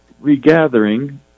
regathering